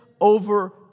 over